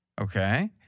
Okay